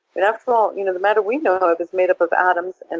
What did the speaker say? and after all, you know the matter we know of is made up of atoms, and